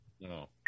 No